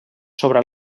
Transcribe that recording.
sobre